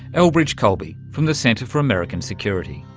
elbridge colby from the center for american security.